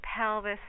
pelvis